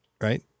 right